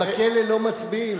(תיקון מס' 14),